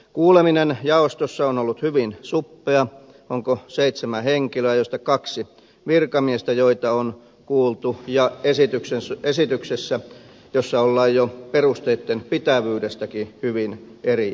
kuuleminen jaostossa on ollut hyvin suppea onko seitsemän henkilöä joista kaksi virkamiestä joita on kuultu ja esityksessä ollaan jo perusteitten pitävyydestäkin hyvin eri mieltä